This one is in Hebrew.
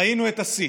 ראינו את השיא: